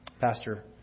Pastor